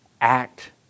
act